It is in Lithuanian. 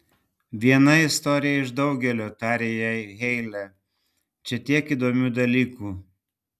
viena istorija iš daugelio tarė jai heile čia tiek įdomių dalykų